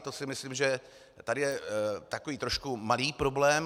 To si myslím, že tady je trošku malý problém.